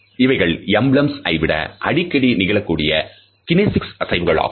இவைகள் எம்பிளம்ஸ் ஐ விட அடிக்கடி நிகழக்கூடிய கினேசிக்ஸ் அசைவுகளாகும்